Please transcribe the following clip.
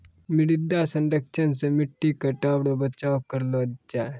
मृदा संरक्षण से मट्टी कटाव रो बचाव करलो जाय